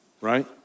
Right